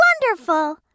wonderful